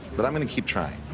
but i'm going to keep trying.